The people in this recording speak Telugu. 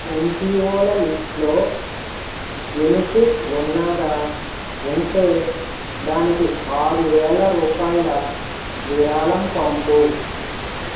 యన్జిఓల లిస్ట్లో యునిసెఫ్ ఉన్నాదా ఉంటే దానికి ఆరు వేల రూపాయల విరాళం పంపు